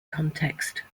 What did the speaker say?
context